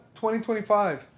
2025